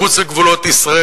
מחוץ לגבולות ישראל,